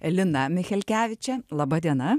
lina michelkeviče laba diena